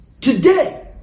Today